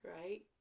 Right